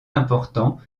important